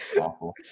awful